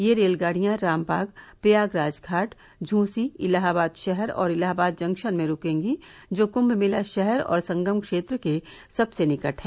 ये रेलगाड़ियां रामबाग प्रयागराज घाट इसी इलाहाबाद शहर और इलाहाबाद जंक्शन में रूकंगी जो कम्भ मेला शहर और संगम क्षेत्र के सबसे निकट हैं